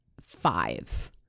five